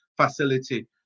facility